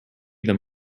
them